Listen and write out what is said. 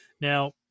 Now